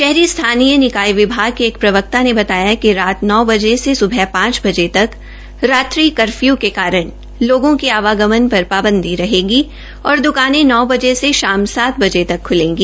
शहरी स्थानीय निकाय विभाग के एक प्रवक्ता ने बताया कि रात नौ बजे से सुबह पांच बते तक रात्रि कर्फ्यू के कारण लागो के आवगमन पर पाबंदी रहेगी और दुकाने नौ बजे से शाम सात बजे तक खुलेगी